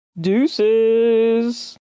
Deuces